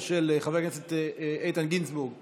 חבר הכנסת יוראי להב הרצנו,